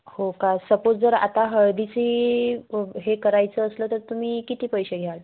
हो का सपोज जर आता हळदीची हे करायचं असलं तर तुम्ही किती पैसे घ्याल